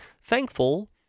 thankful